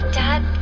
dad